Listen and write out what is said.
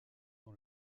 dans